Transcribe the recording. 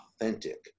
authentic